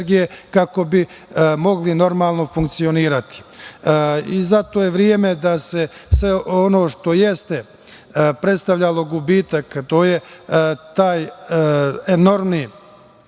kako bi mogli normalno funkcionisati. Zato je vreme da se sve ono što jeste predstavljalo gubitak, to je taj enormni